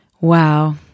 Wow